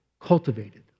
cultivated